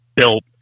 built